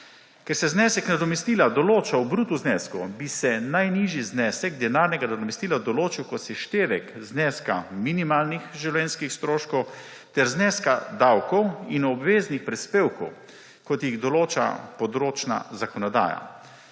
Ker se znesek nadomestila določa v bruto znesku, bi se najnižji znesek denarnega nadomestila določil kot seštevek zneska minimalnih življenjskih stroškov ter zneska davkov in obveznih prispevkov, kot jih določa področna zakonodaja.